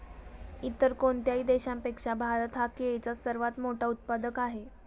इतर कोणत्याही देशापेक्षा भारत हा केळीचा सर्वात मोठा उत्पादक आहे